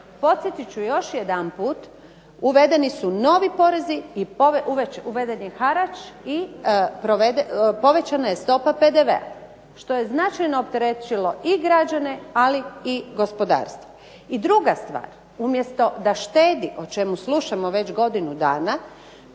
Podsjetit ću još jedanput uvedeni su novi porezi i uveden je harač i povećana je stopa PDV-a, što je značajno opteretilo i građane ali i gospodarstvo. I druga stvar, umjesto da štedi o čemu slušamo već godinu dana,